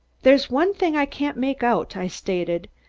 there's one thing i can't make out, i stated,